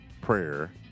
prayer